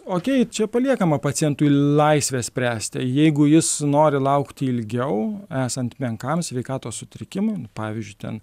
okei čia paliekama pacientui laisvė spręsti jeigu jis nori laukti ilgiau esant menkam sveikatos sutrikimam pavyzdžiui ten